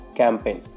campaign